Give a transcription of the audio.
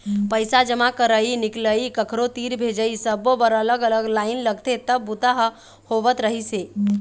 पइसा जमा करई, निकलई, कखरो तीर भेजई सब्बो बर अलग अलग लाईन लगथे तब बूता ह होवत रहिस हे